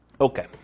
Okay